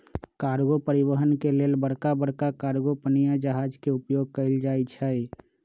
cargo परिवहन के लेल बड़का बड़का कार्गो पनिया जहाज के उपयोग कएल जाइ छइ